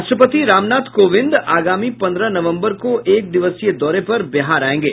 राष्ट्रपति रामनाथ कोविंद आगामी पंद्रह नवंबर को एक दिवसीय दौरे पर बिहार आयेंगे